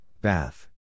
bath